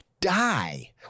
die